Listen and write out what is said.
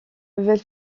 nouvelle